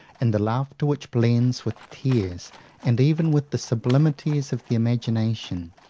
and the laughter which blends with tears and even with the sublimities of the imagination,